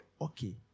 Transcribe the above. okay